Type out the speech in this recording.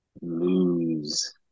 Lose